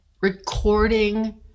recording